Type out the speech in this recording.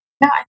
No